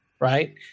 right